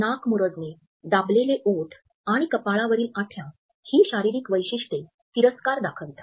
नाक मुरडणे दाबलेले ओठ आणि कपाळावरील आठ्या ही शारीरिक वैशिष्ट्ये तिरस्कार दाखवितात